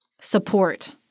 support